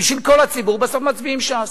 בשביל כל הציבור, בסוף מצביעים ש"ס.